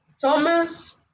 Thomas